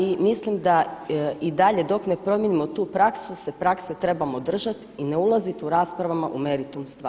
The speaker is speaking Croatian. I mislim da i dalje dok ne promijenimo tu praksu se prakse trebamo držati i ne ulazit u raspravama u meritum stvari.